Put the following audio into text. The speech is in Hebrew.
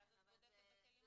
ואז את בודקת בכלים האחרים.